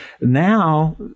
now